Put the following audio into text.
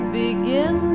begin